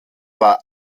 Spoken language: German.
war